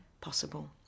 possible